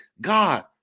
God